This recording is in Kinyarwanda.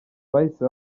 bahise